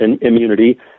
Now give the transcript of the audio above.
immunity